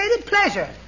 pleasure